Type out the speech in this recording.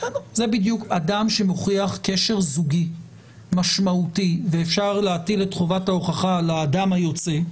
אדם שמוכיח קשר זוגי משמעותי ואפשר להטיל את חובת ההוכחה על האדם היוצא.